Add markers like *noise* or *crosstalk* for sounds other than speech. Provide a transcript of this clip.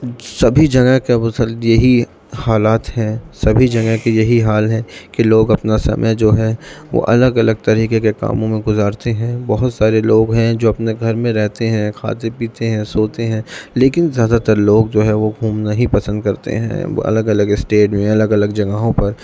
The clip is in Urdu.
سبھی جگہ کا وہ *unintelligible* یہی حالات ہیں سبھی جگہ کے یہی حال ہیں کہ لوگ اپنا سمے جو ہے وہ الگ الگ طریقے کے کاموں میں گزارتے ہیں بہت سارے لوگ ہیں جو اپنے گھر میں رہتے ہیں کھاتے پیتے ہیں سوتے ہیں لیکن زیادہ تر لوگ جو ہے وہ گھومنا ہی پسند کرتے ہیں الگ الگ اسٹیٹ میں الگ الگ جگہوں پر